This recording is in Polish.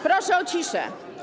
Proszę o ciszę.